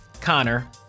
Connor